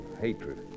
hatred